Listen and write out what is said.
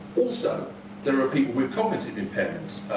also there are people with cognitive impairments,